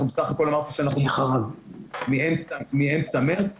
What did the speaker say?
אנחנו בסך הכול אמרנו שאנחנו בסיפור הזה מאמצע מרץ.